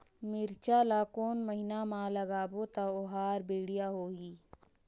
मिरचा ला कोन महीना मा लगाबो ता ओहार बेडिया होही?